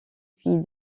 puis